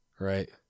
Right